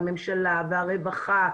הממשלה והרווחה.